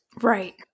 Right